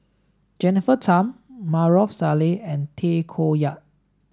Jennifer Tham Maarof Salleh and Tay Koh Yat